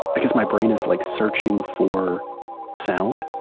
i guess my brain is like searching for sound.